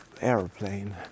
airplane